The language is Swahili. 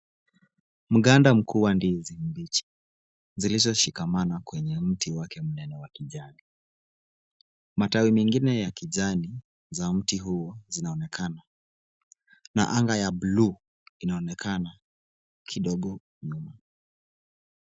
Mganda mkuu wa ndizi mbichi zilizoshikamana kwenye mti wake mnene wa kijani. Matawi mengine za kijani za mti huo zinaonekana na anga ya buluu inaonekana kidogo nyuma.